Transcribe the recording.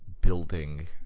building